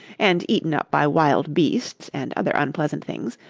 and eaten up by wild beasts and other unpleasant things,